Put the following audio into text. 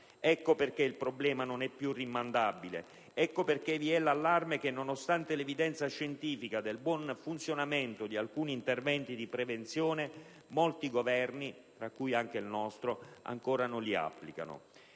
Ecco perché il problema non è più rimandabile. Ecco perché vi è l'allarme che, nonostante l'evidenza scientifica del buon funzionamento di alcuni interventi di prevenzione, molti Governi - tra cui anche il nostro - ancora non li applicano.